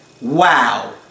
Wow